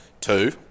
Two